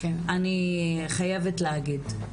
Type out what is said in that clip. אני חייבת להגיד.